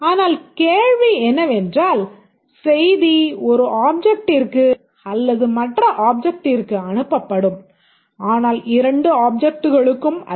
ஆனால் கேள்வி என்னவென்றால் செய்தி ஒரு ஆப்ஜெக்ட்டிற்கு அல்லது மற்ற ஆப்ஜெக்ட்டிற்கு அனுப்பப்படும் ஆனால் இரண்டு ஆப்ஜெக்ட்டுகளுக்கும் அல்ல